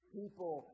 people